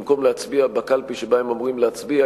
במקום להצביע בקלפי שבה הם אמורים להצביע,